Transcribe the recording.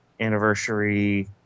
Anniversary